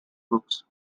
books